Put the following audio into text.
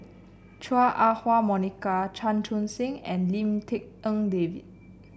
Chua Ah Huwa Monica Chan Chun Sing and Lim Tik En David